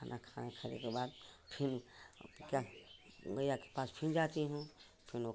खाना खाए खाने के बाद फिर गैया के पास फिर जाती हूँ फिर ओके